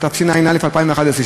התשע"א 2011,